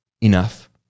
Enough